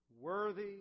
Worthy